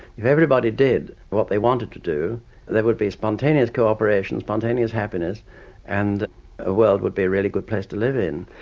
if everybody did what they wanted to do there would be spontaneous co-operation, spontaneous happiness and the ah world would be a really good place to live in.